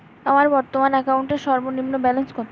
আমার বর্তমান অ্যাকাউন্টের সর্বনিম্ন ব্যালেন্স কত?